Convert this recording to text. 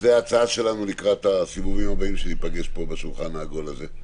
זאת ההצעה שלנו לקראת הסיבובים הבאים עת ניפגש כאן בשולחן העגול הזה.